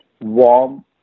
warm